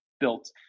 built